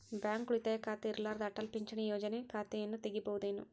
Bank ಉಳಿತಾಯ ಖಾತೆ ಇರ್ಲಾರ್ದ ಅಟಲ್ ಪಿಂಚಣಿ ಯೋಜನೆ ಖಾತೆಯನ್ನು ತೆಗಿಬಹುದೇನು?